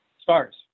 Stars